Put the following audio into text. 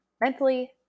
mentally